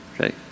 Okay